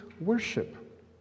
worship